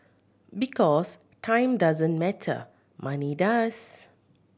because time doesn't matter money does